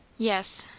yes,